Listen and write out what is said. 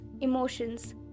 emotions